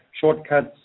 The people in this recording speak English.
shortcuts